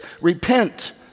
repent